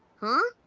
huh?